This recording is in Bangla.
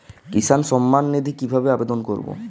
কিষান সম্মাননিধি কিভাবে আবেদন করব?